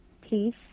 peace